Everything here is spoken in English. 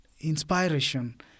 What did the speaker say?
inspiration